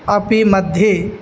अपि मध्ये